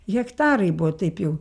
hektarai buvo taip jau